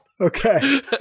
Okay